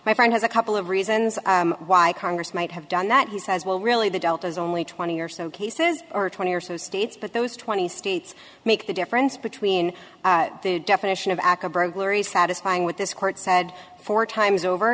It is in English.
my friend has a couple of reasons why congress might have done that he says well really the delta is only twenty or so cases or twenty or so states but those twenty states make the difference between the definition of aca burglaries satisfying with this court said four times over